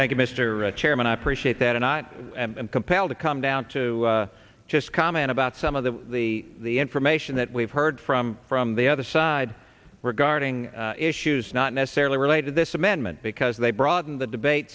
thank you mr chairman i appreciate that and not and compelled to come down to just comment about some of the the the information that we've heard from from the other side were guarding issues not necessarily related this amendment because they broaden the debate